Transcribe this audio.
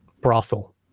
brothel